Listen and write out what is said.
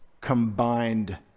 combined